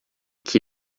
qui